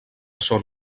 són